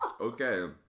Okay